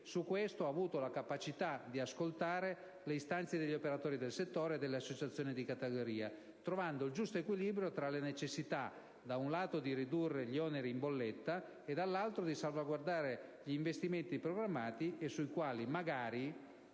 riguardo, ha avuto la capacità di ascoltare le istanze degli operatori del settore e delle associazioni di categoria, trovando un giusto equilibrio tra la necessità, da un lato, di ridurre gli oneri in bolletta e, dall'altro, di salvaguardare gli investimenti programmati, sui quali, magari,